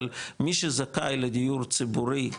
אבל מי שזכאי לדיור ציבורי,